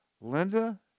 linda